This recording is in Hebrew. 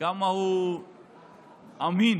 הוא אמין